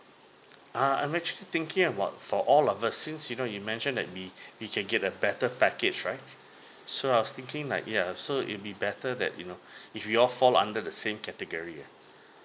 uh I'm actually thinking about for all of us since you know you mention that we we can get a better package right so I was thinking like ya so it'll be better that you know if we all fall under the same category ya